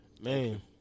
man